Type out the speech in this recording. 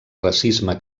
racisme